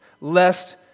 lest